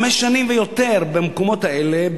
חמש שנים ויותר במקומות האלה,